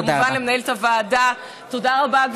תודה רבה.